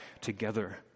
together